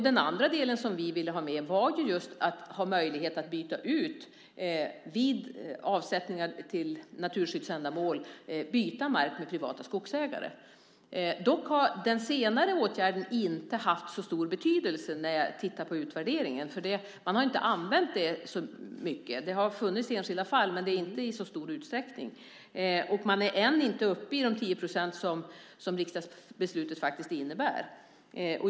Den andra delen som vi ville ha med var ju just att ha möjlighet att byta mark med privata skogsägare vid avsättningar till naturskyddsändamål. Den senare åtgärden har dock inte haft så stor betydelse, vilket jag har kunnat se när jag har tittat på utvärderingen. Man har inte använt det så mycket. Det har funnits enskilda fall, men det har inte skett i så stor utsträckning. Man är ännu inte uppe i de 10 % som riksdagsbeslutet innebär.